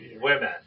Women